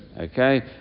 okay